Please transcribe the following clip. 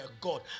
God